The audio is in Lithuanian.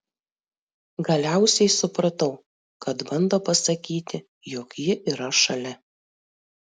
galiausiai supratau kad bando pasakyti jog ji yra šalia